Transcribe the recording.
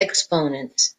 exponents